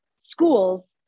schools